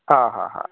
ਹਾਂ ਹਾਂ ਹਾਂ